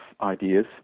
ideas